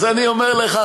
אז אני אומר לך,